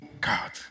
God